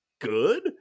good